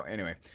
anyway.